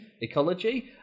ecology